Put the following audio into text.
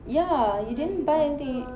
ya you didn't buy anything